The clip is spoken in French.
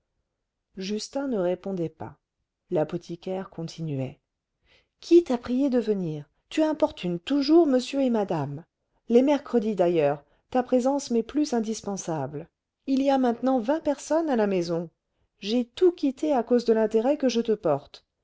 justin ne répondait pas l'apothicaire continuait qui t'a prié de venir tu importunes toujours monsieur et madame les mercredis d'ailleurs ta présence m'est plus indispensable il y a maintenant vingt personnes à la maison j'ai tout quitté à cause de l'intérêt que je te porte